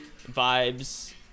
vibes